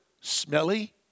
smelly